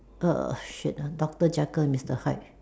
a shit ah doctor Jekyll and mister Hyde